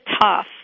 tough